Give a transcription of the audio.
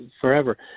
forever